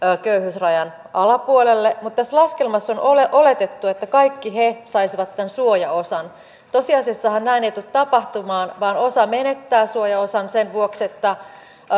köyhyysrajan alapuolelle mutta tässä laskelmassa on oletettu että kaikki he saisivat tämän suojaosan tosiasiassahan näin ei tule tapahtumaan vaan osa menettää suojaosan sen vuoksi että